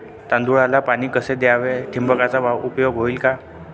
तांदळाला पाणी कसे द्यावे? ठिबकचा उपयोग होईल का?